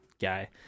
guy